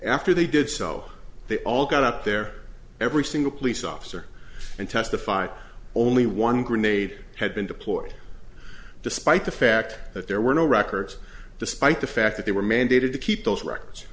after they did so they all got up there every single police officer and testified only one grenade had been deployed despite the fact that there were no records despite the fact that they were mandated to keep those rec